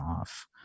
off